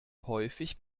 häufig